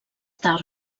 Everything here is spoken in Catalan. tard